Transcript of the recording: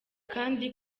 kandi